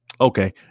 Okay